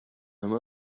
him